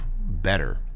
better